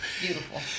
Beautiful